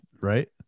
right